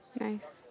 Nice